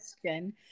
question